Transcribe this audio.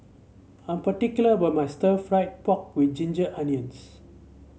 I am particular about my stir fry pork with Ginger Onions